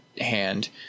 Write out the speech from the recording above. hand